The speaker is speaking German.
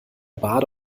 barde